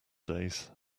days